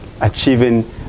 achieving